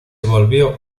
volvió